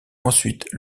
ensuite